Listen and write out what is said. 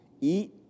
Eat